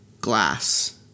Glass